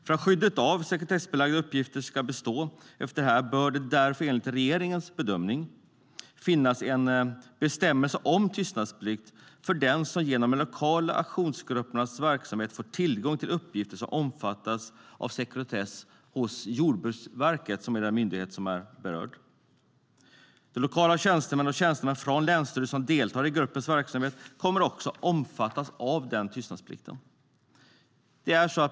För att skyddet av sekretessbelagda uppgifter ska bestå efter detta bör det därför enligt regeringens bedömning finnas en bestämmelse om tystnadsplikt för den som genom de lokala aktionsgruppernas verksamhet får tillgång till uppgifter som omfattas av sekretess hos Jordbruksverket, som är den myndighet som är berörd. De kommunala tjänstemän och tjänstemän från länsstyrelser som deltar i gruppernas verksamhet kommer också att omfattas av tystnadsplikten.